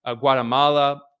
Guatemala